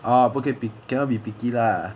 ah 不可以 cannot be picky lah